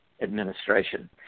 administration